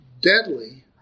deadly